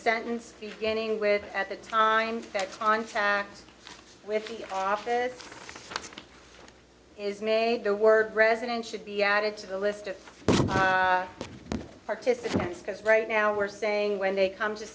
sentence beginning with at the time that contact with the office is may the word president should be added to the list of participants because right now we're saying when they come to